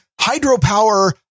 hydropower